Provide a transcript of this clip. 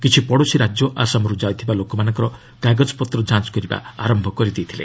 କିଛି ପଡ଼ୋଶୀ ରାଜ୍ୟ ଆସାମରୁ ଯାଉଥିବା ଲୋକମାନଙ୍କ କାଗଜପତ୍ର ଯାଞ୍ଚ କରିବା ଆରମ୍ଭ କରିଥିଲେ